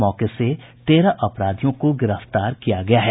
मौके से तेरह अपराधियों को गिरफ्तार किया गया है